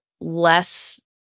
less